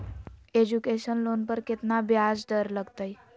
Education loan पर केतना ब्याज दर लगतई?